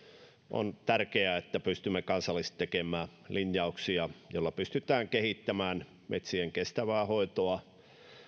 on tärkeää että pystymme kansallisesti tekemään linjauksia joilla pystytään kehittämään metsien kestävää hoitoa